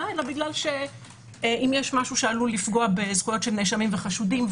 אלא בגלל שאם יש משהו שעלול פגוע בזכויות נאשמים וחשודים,